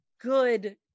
good